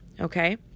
okay